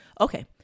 okay